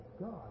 God